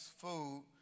food